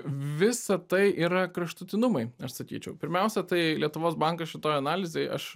visa tai yra kraštutinumai aš sakyčiau pirmiausia tai lietuvos bankas šitoj analizėj aš